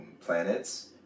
planets